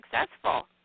successful